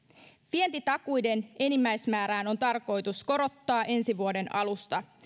vientitakuiden enimmäismäärää on tarkoitus korottaa ensi vuoden alusta